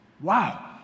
Wow